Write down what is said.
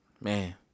man